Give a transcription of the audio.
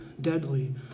deadly